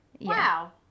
Wow